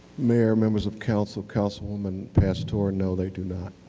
mayor, members of council, councilwoman pastor, no they do not.